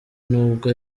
nubwo